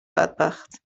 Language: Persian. بدبخت